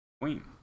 queen